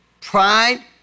Pride